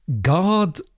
God